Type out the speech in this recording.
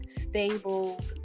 stable